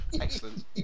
excellent